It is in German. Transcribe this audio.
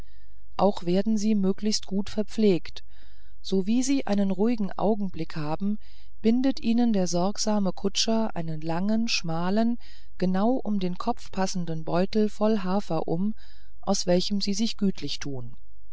auch werden sie möglichst gut verpflegt sowie sie einen ruhigen augenblick haben bindet ihnen der sorgsame kutscher einen langen schmalen genau um den kopf passenden beutel voll hafer um aus welchem sie sich gütlich tun